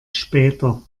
später